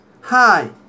Hi